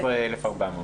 14,400 שקלים.